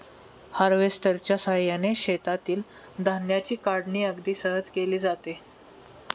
हार्वेस्टरच्या साहाय्याने शेतातील धान्याची काढणी अगदी सहज केली जाते